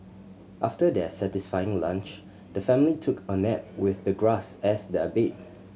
after their satisfying lunch the family took a nap with the grass as their bed